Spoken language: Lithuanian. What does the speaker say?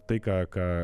tai ką ką